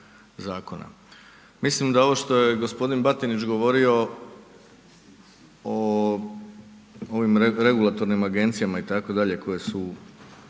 Mislim da ovo što je g. Batinić govorio o ovim regulatornim agencijama itd. koje su